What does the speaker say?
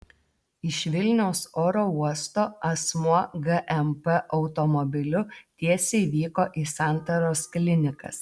iš vilniaus oro uosto asmuo gmp automobiliu tiesiai vyko į santaros klinikas